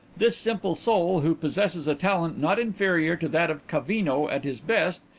this simple soul, who possesses a talent not inferior to that of cavino at his best,